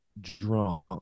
drunk